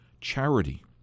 Charity